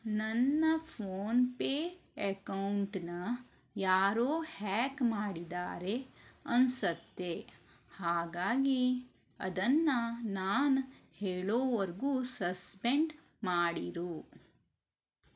ನನ್ನ ಫೋನ್ಪೇ ಎಕೌಂಟನ್ನ ಯಾರೋ ಹ್ಯಾಕ್ ಮಾಡಿದ್ದಾರೆ ಅನಿಸತ್ತೆ ಹಾಗಾಗಿ ಅದನ್ನು ನಾನು ಹೇಳೋವರೆಗೂ ಸಸ್ಪೆಂಡ್ ಮಾಡಿರು